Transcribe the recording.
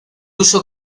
uso